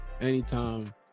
anytime